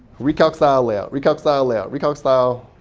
recalc style layout, recalc style layout, recalc style